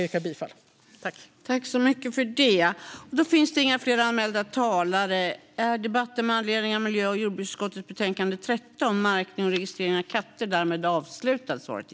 Märkning och regi-strering av katter